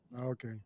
Okay